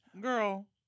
Girl